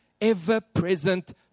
ever-present